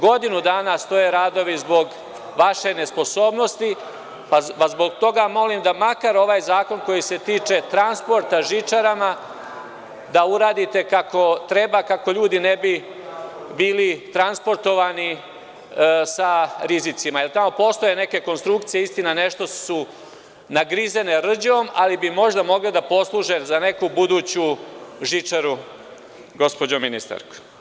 Godinu dana stoje radovi zbog vaše nesposobnosti, pa vas zbog toga molim da, makar ovaj zakon koji se tiče transporta žičarama, uradite kako treba, kako ljudi ne bi bili transportovani sa rizicima, jer tamo postoje neke konstrukcije, istina, nešto su nagrizene rđom, ali možda bi mogli da posluže za neku buduću žičaru, gospođo ministarka.